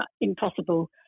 impossible